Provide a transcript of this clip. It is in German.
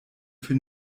für